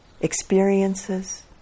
experiences